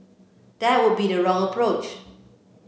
that would be the wrong approach